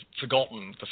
forgotten